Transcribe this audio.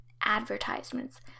advertisements